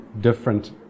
different